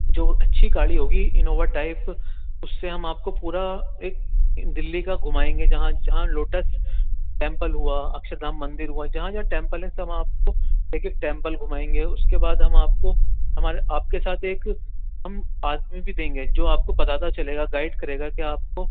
جو اچھی گاڑی ہوگی انووا ٹائپ اُس سے ہم آپ کو پورا ایک دِلّی کا گھمائیں گے جہاں جہاں لوٹس ٹیمپل ہُوا اکشر دھام مندر ہُوا جہاں جہاں ٹیمپل ہیں سب وہاں آپ کو ایک ایک ٹیمپل گھمائیں گے اُس کے بعد ہم آپ کو ہمارے آپ کے ساتھ ایک ہم آدمی بھی دیں گے جو آپ کو بتاتا چلے گا گائیڈ کرے گا کہ آپ کو